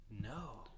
No